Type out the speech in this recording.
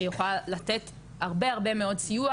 שיכולה לתת הרבה מאד סיוע,